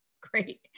great